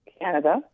Canada